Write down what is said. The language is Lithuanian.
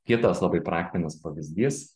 kitas labai praktinis pavyzdys